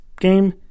game